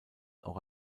auch